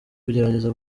kugerageza